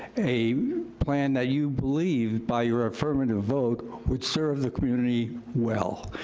a plan that you believed, by your affirmative vote, would serve the community well.